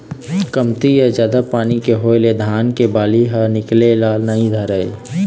कमती या जादा पानी के होए ले धान के बाली ह निकले ल नइ धरय